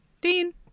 Dean